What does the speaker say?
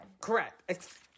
Correct